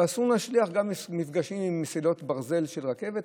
אבל אסור לנו להזניח מפגשים עם מסילות ברזל של רכבת,